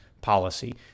policy